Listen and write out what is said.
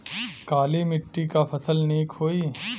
काली मिट्टी क फसल नीक होई?